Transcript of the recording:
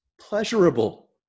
pleasurable